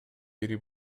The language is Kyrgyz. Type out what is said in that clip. бири